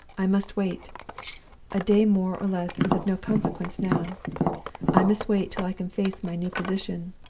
i must wait a day more or less is of no consequence now i must wait till i can face my new position,